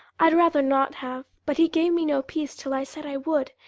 i'd rather not have, but he gave me no peace till i said i would,